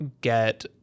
get